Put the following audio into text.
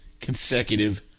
consecutive